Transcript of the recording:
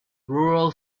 rural